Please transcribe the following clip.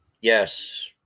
Yes